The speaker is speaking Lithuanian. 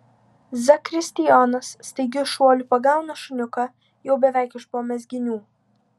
zakristijonas staigiu šuoliu pagauna šuniuką jau beveik iš po mezginių